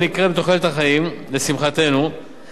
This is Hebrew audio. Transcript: מחייבת שינויים בהיערכות הפרטים והמשק לתקופת